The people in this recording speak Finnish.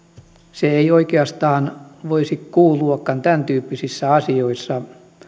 se ei oikeastaan voisi kuuluakaan tämäntyyppisissä asioissa